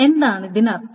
എന്താണ് ഇതിനർത്ഥം